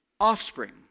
offspring